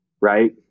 right